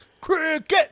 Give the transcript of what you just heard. Cricket